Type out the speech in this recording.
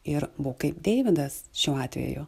ir būk kaip deividas šiuo atveju